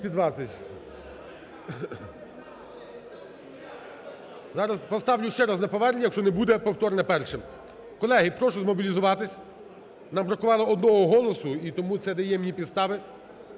Зараз поставлю ще раз на повернення, якщо не буде, повторне перше. Колеги, прошу змобілізуватись. Нам бракувало одного голосу, і тому це дає мені підстави,